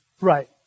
right